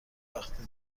وقت